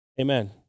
Amen